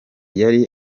yari